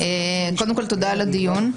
קודם כל תודה על הדיון.